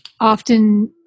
often